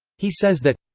he says that.